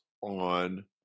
on